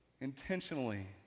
intentionally